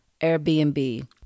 Airbnb